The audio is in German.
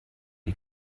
wie